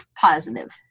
positive